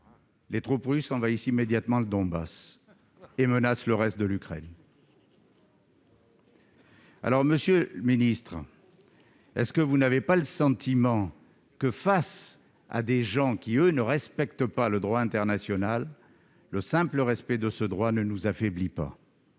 Les troupes russes envahissent immédiatement le Donbass et menace le reste de l'Ukraine. Alors Monsieur le ministre, est ce que vous n'avez pas le sentiment que, face à des gens qui eux ne respectent pas le droit international, le simple respect de ce droit ne nous affaiblit pas.